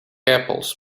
apples